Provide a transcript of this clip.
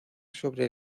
sobre